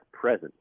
present